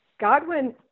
Godwin